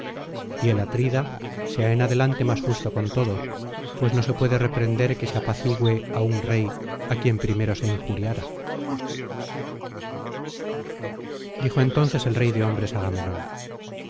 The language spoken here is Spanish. y el atrida sea en adelante más justo con todos pues no se puede reprender que se apacigüe á un rey á quien primero se injuria dijo entonces el rey de hombres agamenón